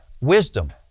Wisdom